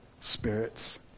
spirits